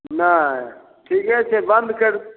नहि ठीके छै बन्द कैरि